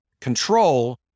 control